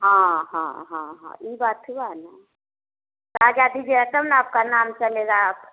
हाँ हाँ हाँ हाँ यह बात हुआ न ताज़ा दीजिएगा तब ना आपका नाम चलेगा आप